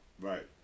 Right